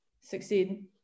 succeed